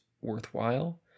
worthwhile